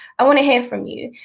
i wanna hear from you.